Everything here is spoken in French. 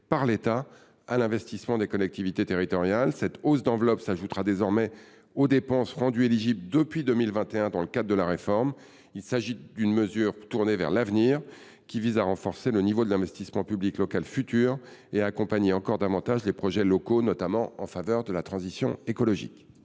par l’État à l’investissement des collectivités territoriales. Cette hausse d’enveloppe s’ajoutera aux dépenses rendues éligibles depuis 2021 dans le cadre de la réforme. Il s’agit d’une mesure tournée vers l’avenir, qui vise à renforcer le niveau de l’investissement public local futur et à accompagner encore davantage les projets locaux, notamment en faveur de la transition écologique.